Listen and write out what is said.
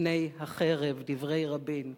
מפני החרב." דברי רבין.